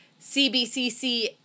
CBCC